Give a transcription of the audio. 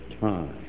time